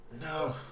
No